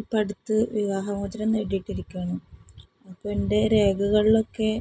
ഇപ്പം അടുത്ത് വിവാഹ മോചനം നേടിയിട്ടിരിക്കുകയാണ് അപ്പം എൻ്റെ രേഖകളിലൊക്കെ